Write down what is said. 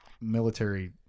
military